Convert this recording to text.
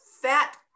fat